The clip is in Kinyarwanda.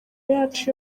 yacu